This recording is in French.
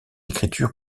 écriture